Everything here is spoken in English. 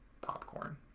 popcorn